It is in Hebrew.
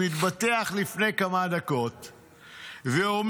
מתבדח לפני כמה דקות ואומר: